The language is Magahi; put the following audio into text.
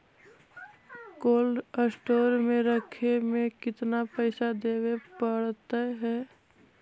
कोल्ड स्टोर में रखे में केतना पैसा देवे पड़तै है?